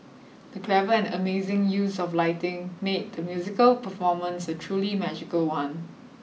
the clever and amazing use of lighting made the musical performance a truly magical one